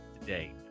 today